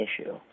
issue